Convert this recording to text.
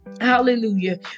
hallelujah